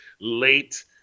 late